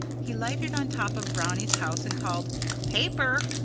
he lighted on top of brownie's house and called paper!